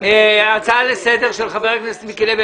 הצעה לסדר שלך חבר הכנסת מיקי לוי.